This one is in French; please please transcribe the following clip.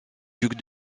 ducs